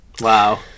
Wow